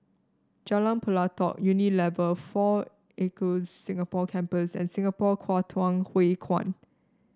Jalan Pelatok Unilever Four Acres Singapore Campus and Singapore Kwangtung Hui Kuan